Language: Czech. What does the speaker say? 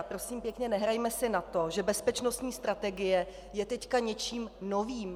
Prosím pěkně, nehrajme si na to, že bezpečnostní strategie je teď něčím novým.